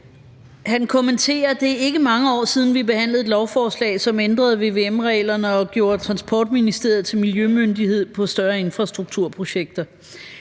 Han kommenterer: Det er ikke mange år siden, vi behandlede et lovforslag, som ændrede vvm-reglerne og gjorde Transportministeriet til miljømyndighed på større infrastrukturprojekter.